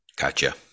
Gotcha